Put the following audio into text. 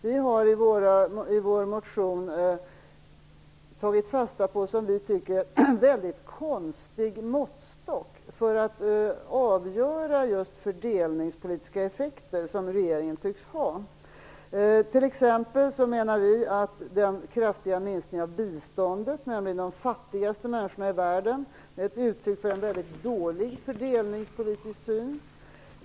Vi har i vår motion tagit fasta på den, som vi tycker, väldigt konstiga måttstock för att avgöra fördelningspolitiska effekter som regeringen tycks ha. Vi menar t.ex. att den kraftiga minskningen av biståndet till de fattigaste människorna i världen är ett uttryck för en väldigt dålig fördelningspolitisk syn.